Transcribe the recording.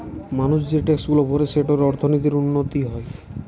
মানুষ যে ট্যাক্সগুলা ভরে সেঠারে অর্থনীতির উন্নতি হয়